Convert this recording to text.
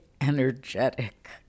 energetic